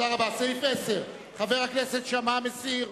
סעיף 10, חבר הכנסת שאמה, מסיר?